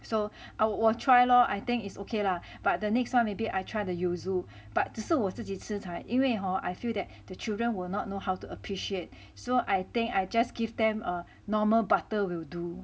so 我 try lor I think it's okay lah but the next time maybe I try the yuzu but 只是我自己吃才因为 hor I feel that the children will not know how to appreciate so I think I just give them a normal butter will do